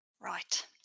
Right